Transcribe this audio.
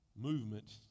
Movement